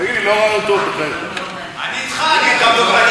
זה די יעשיר אותך, אתה יכול אחר כך ללמוד מזה.